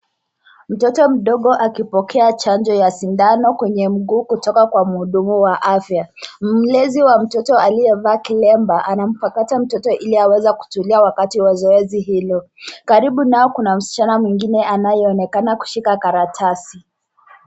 Mtoto mdogo akipokea chanjo ya sindano kwenye mguu kutoka kwa mhudumu wa afya. Mlezi wa mtoto aliyevaa kilemba anampakata mtoto ili aweze kutulia wakati wa zoezi hilo. Karibu nao kuna msichana mwingine anayeonekana kushika karatasi.